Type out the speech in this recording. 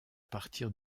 partir